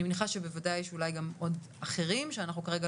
אני מניחה שבוודאי יש אולי גם עוד אחרים שאנחנו כרגע